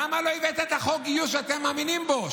למה לא הבאת את חוק הגיוס שאתם מאמינים בו,